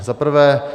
Za prvé.